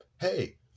Hey